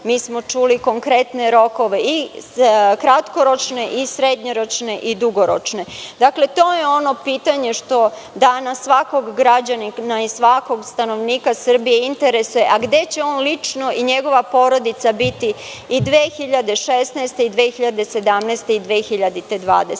mi smo čuli konkretne rokove i kratkoročne, srednjoročne i dugoročne. Dakle, to je ono pitanje što danas svakog građanina i svakog stanovnika Srbije interesuje, gde će on lično i njegova porodica biti i 2016. i 2017. i 2020.